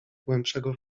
głębszego